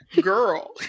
girl